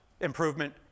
improvement